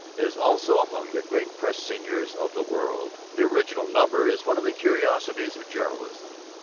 is also among the great press seniors of the world. the original number is one of the curiosities of journalism.